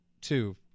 two